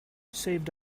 saved